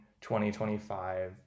2025